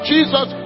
Jesus